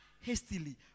hastily